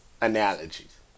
analogies